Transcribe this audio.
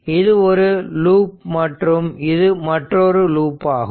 இது ஒரு லூப் மற்றும் இது மற்றொரு லூப் ஆகும்